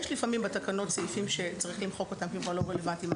יש לפעמים בתקנות סעיפים שצריכים למחוק אותם כי הם כבר לא רלוונטיים,